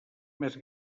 més